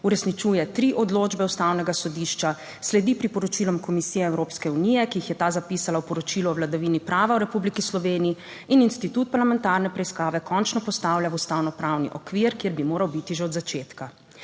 uresničuje tri odločbe Ustavnega sodišča, sledi priporočilom Komisije Evropske unije, ki jih je ta zapisala v poročilu o vladavini prava v Republiki Sloveniji, in institut parlamentarne preiskave končno postavlja v ustavno pravni okvir, kjer bi moral biti že od začetka.